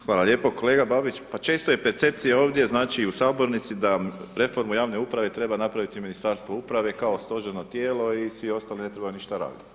Hvala lijepo, kolega Babić pa često je percepcija ovdje znači i u sabornici da reformu javne uprave treba napraviti Ministarstvo uprave kao stožerno tijelo i svi ostali ne trebaju ništa raditi.